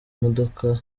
modoka